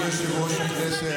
לא על, אדוני יושב-ראש הכנסת,